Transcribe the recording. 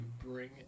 bring